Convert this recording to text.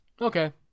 okay